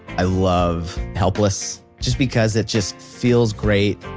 i love helpless just because it just feels great.